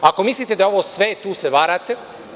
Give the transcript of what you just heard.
Ako mislite da je ovo sve, tu se varate.